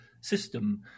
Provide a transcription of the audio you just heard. system